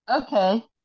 Okay